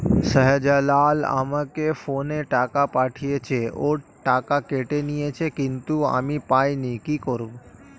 শাহ্জালাল আমাকে ফোনে টাকা পাঠিয়েছে, ওর টাকা কেটে নিয়েছে কিন্তু আমি পাইনি, কি করব?